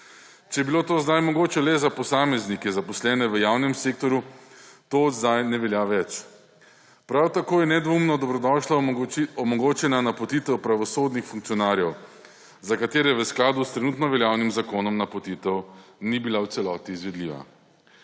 Če je bilo to zdaj mogoče le za posameznike, zaposlene v javnem sektorju, to zdaj ne velja več. Prav tako je nedvoumno dobrodošla omogočena napotitev pravosodnih funkcionarjev, za katere v skladu s trenutno veljavnim zakonom napotitev ni bila v celoti izvedljiva.